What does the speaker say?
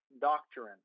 doctrine